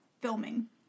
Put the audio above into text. filming